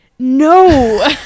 No